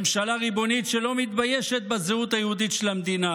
ממשלה ריבונית שלא מתביישת בזהות היהודית של המדינה